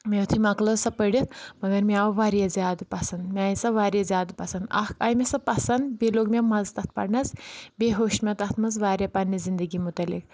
مےٚ یُتھُے مۄکلٲو سۄ پٔرِتھ مگر مےٚ آو واریاہ زیادٕ پسنٛد مےٚ آیہِ سۄ واریاہ زیادٕ پسنٛد اکھ آیہِ مےٚ سۄ پسنٛد بیٚیہِ لوگ مےٚ مَزٕ تَتھ پرنَس بیٚیہِ ہوٚش مےٚ تتھ منٛز واریاہ پننہِ زندگی مُتعلِق